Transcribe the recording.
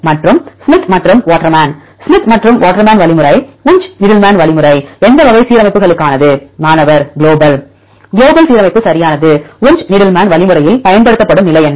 மாணவர் ஸ்மித் மற்றும் Waterman Smith மற்றும் வாட்டர்மேன் வழிமுறை வுன்ச் நீடில்மேன் வழிமுறை எந்த வகை சீரமைப்புகளுக்கானது மாணவர் குளோபல் குளோபல் சீரமைப்பு சரியானது வுன்ச் நீடில்மேன் வழிமுறையில் பயன்படுத்தப்படும் நிலை என்ன